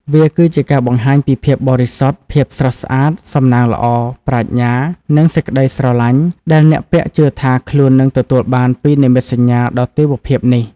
វាគឺជាការបង្ហាញពី ភាពបរិសុទ្ធ ភាពស្រស់ស្អាត សំណាងល្អ ប្រាជ្ញា និង សេចក្តីស្រឡាញ់ ដែលអ្នកពាក់ជឿថាខ្លួននឹងទទួលបានពីនិមិត្តសញ្ញាដ៏ទេវភាពនេះ។